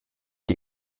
die